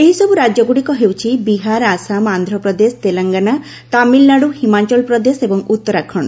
ଏହିସବୁ ରାକ୍ୟଗ୍ରଡିକ ହେଉଛି ବିହାର ଆସାମ ଆନ୍ଧ୍ରପ୍ରଦେଶ ତେଲେଙ୍ଗାନା ତାମିଲନାଡୁ ହିମାଚଳପ୍ରଦେଶ ଏବଂ ଉତ୍ତରାଖଣ୍ଡ